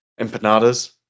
empanadas